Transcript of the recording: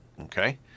Okay